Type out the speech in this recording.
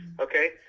Okay